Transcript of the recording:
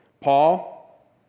Paul